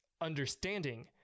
understanding